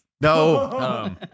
no